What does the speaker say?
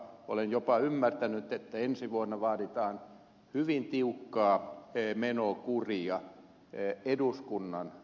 olen jopa ymmärtänyt että ensi vuonna vaaditaan hyvin tiukkaa menokuria eduskunnan budjetille